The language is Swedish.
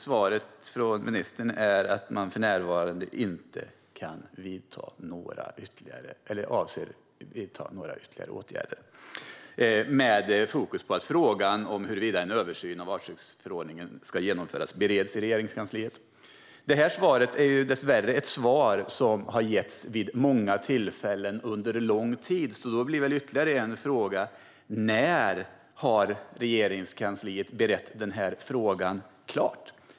Svaret från ministern är att man för närvarande inte avser att vidta några ytterligare åtgärder med fokus på att frågan om huruvida en översyn av artskyddsförordningen ska genomföras bereds i Regeringskansliet. Detta svar är dessvärre ett svar som har getts vid många tillfällen under en lång tid, så ytterligare en fråga blir: När har Regeringskansliet berett frågan klart?